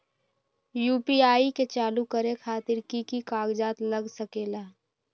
UPI के चालु करे खातीर कि की कागज़ात लग सकेला?